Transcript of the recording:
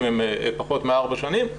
אם הם פחות מ-4 שנים,